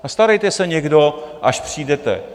A starejte se někdo, až přijdete!